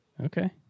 Okay